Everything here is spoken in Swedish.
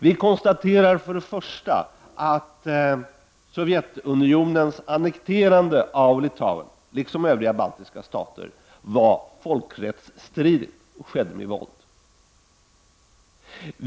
Vi konstaterar således att Sovjetunionens annekterande av Litauen, liksom av övriga baltiska stater, var folkrättsstridigt och skedde med våld.